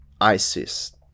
ISIS